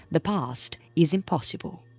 the past is impossible.